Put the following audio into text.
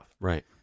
Right